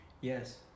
Yes